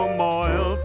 moil